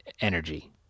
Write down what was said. energy